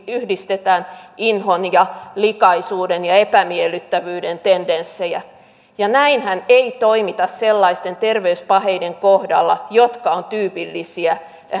yhdistetään inhon likaisuuden ja epämiellyttävyyden tendenssejä ja näinhän ei toimita sellaisten terveyspaheiden kohdalla jotka ovat tyypillisiä